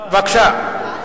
בבקשה.